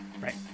right